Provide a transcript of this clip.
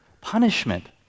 punishment